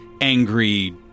angry